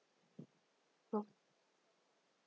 oh